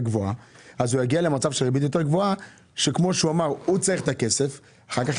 גבוהה יהיו לו אחר כך